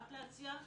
רק להציע?